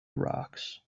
rocks